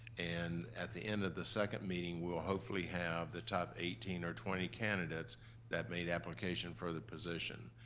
and at the end of the second meeting, we'll hopefully have the top eighteen or twenty candidates that made application for the position.